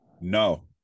no